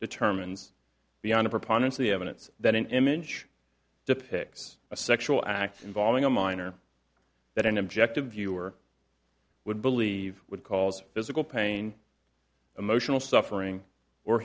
determines beyond a preponderance of the evidence that an image depicts a sexual act involving a minor that an objective viewer would believe would cause physical pain emotional suffering or